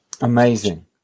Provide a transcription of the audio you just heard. Amazing